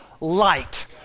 light